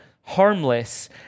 harmless